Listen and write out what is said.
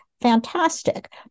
fantastic